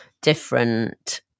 different